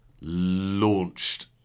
launched